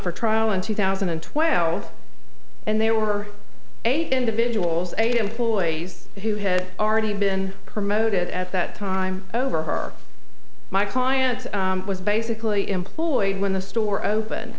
for trial in two thousand and twelve and there were eight individuals eight employees who had already been promoted at that time over her my client was basically employed when the store open